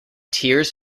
tears